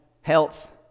health